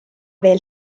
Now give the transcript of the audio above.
veel